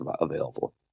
available